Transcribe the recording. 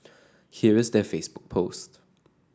here is their Facebook post